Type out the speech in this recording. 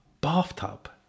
bathtub